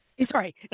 Sorry